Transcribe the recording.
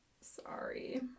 sorry